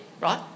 right